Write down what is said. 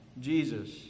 Jesus